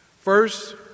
First